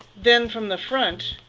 then from the front,